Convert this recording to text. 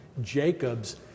Jacob's